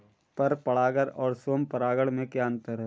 पर परागण और स्वयं परागण में क्या अंतर है?